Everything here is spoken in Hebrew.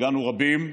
הגענו רבים,